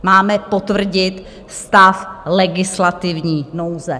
Máme potvrdit stav legislativní nouze.